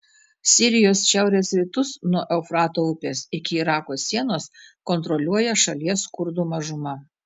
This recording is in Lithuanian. sirijos šiaurės rytus nuo eufrato upės iki irako sienos kontroliuoja šalies kurdų mažuma